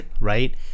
right